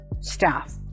staff